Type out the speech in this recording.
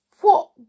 What